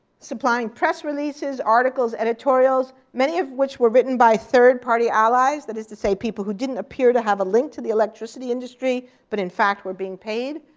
supplying press releases, articles, editorials, many of which were written by third party allies that is to say, people who didn't appear to have a link to the electricity industry, but in fact were being paid.